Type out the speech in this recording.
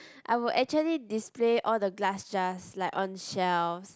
I would actually display all the glass jars like on shelves